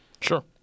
Sure